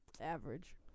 Average